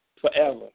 forever